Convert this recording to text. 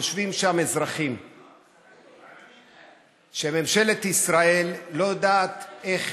יושבים שם אזרחים שממשלת ישראל לא יודעת איך